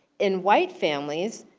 in white families,